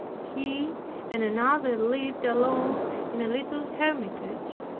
he and another lived alone in a little hermitage,